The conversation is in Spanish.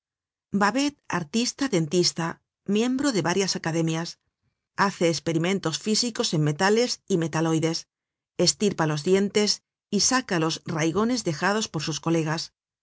babet artista dentista miembro de varias academias hace esperimentos físicos en metales y metaloides estirpa los dientes y saca los raigones dejados por sus colegas